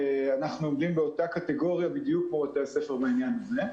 אנחנו עומדים בדיוק באותה קטגוריה כמו בתי-הספר בעניין זה.